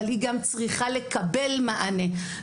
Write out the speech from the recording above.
אבל היא גם צריכה לקבל מענה.